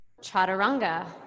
chaturanga